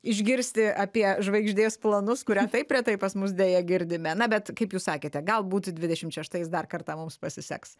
išgirsti apie žvaigždės planus kurią taip retai pas mus deja girdime na bet kaip jūs sakėte galbūt dvidešimt šeštais dar kartą mums pasiseks